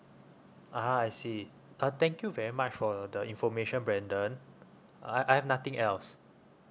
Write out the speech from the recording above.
ah ha I see uh thank you very much for the information brandon uh I I have nothing else